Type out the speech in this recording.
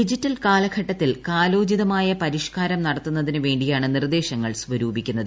digital കാലഘട്ടത്തിൽ കാലോചിതമായ പരിഷ്കാരം നടത്തുന്നതിന് വേണ്ടിയാണ് നിർദേശങ്ങൾ സ്വരൂപിക്കുന്നത്